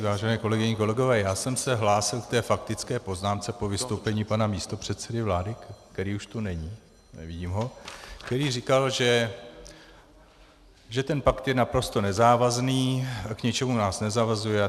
Vážené kolegyně, kolegové, já jsem se hlásil k té faktické poznámce po vystoupení pana místopředsedy vlády, který už tu není, nevidím ho, který říkal, že ten pakt je naprosto nezávazný, k ničemu nás nezavazuje atd.